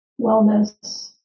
wellness